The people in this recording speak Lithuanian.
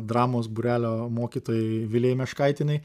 dramos būrelio mokytojai vilijai meškaitienei